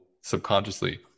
subconsciously